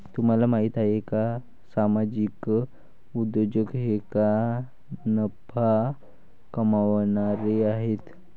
तुम्हाला माहिती आहे का सामाजिक उद्योजक हे ना नफा कमावणारे आहेत